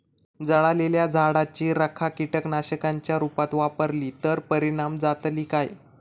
जळालेल्या झाडाची रखा कीटकनाशकांच्या रुपात वापरली तर परिणाम जातली काय?